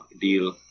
deal